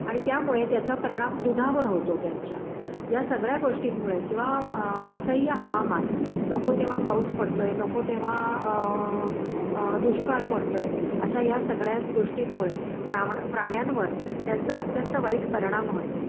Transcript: आणि त्यामुळे त्याचा परिणाम दुधावर होतो त्यांच्या या सगळ्या गोष्टींमुळे किंवा असह्य हवामान नको तेव्हा पाऊस पडतो आहे नको तेव्हा दुष्काळ पडतो आहे अशा या सगळ्या गोष्टींमुळे प्रामु प्राण्यांवर त्यांचा अत्यंत वाईट परिणाम होतो